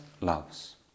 loves